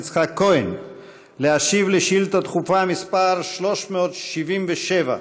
יצחק כהן להשיב לשאילתה דחופה מס' 377,